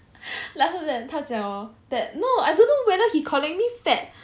after that 他讲 hor that no I don't know whether he calling me fat